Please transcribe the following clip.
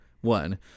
one